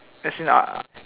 as in uh